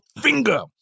finger